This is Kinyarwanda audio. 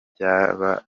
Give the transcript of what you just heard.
byaba